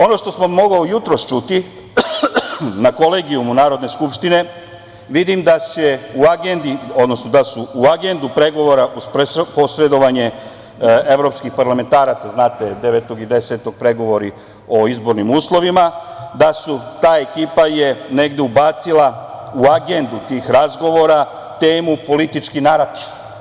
Ono što se moglo jutros čuti na Kolegijumu Narodne skupštine, vidim da su u Agendu pregovora kroz posredovanje evropskih parlamentaraca, znate, 9. i 10. pregovori o izbornim uslovima, da su, ta ekipa je negde ubacila u agendu tih razgovora temu – politički narativ.